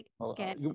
Okay